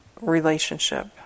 relationship